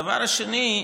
דבר שני,